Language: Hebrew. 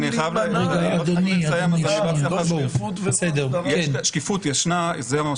הם צריכים להימנע, לא שקיפות ולא הסדרה.